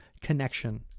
connection